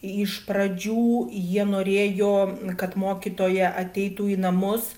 iš pradžių jie norėjo kad mokytoja ateitų į namus